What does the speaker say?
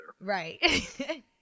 Right